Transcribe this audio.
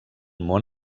món